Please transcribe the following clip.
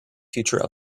future